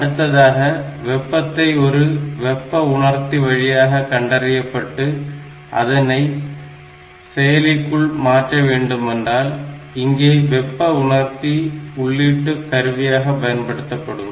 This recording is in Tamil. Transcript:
அடுத்ததாக வெப்பத்தை ஒரு வெப்ப உணர்த்தி வழியாக கண்டறியப்பட்டு அதனை செயலிக்குள் மாற்ற வேண்டுமென்றால் இங்கே வெப்ப உணர்த்தி உள்ளீட்டு கருவியாக பயன்படுத்தப்படும்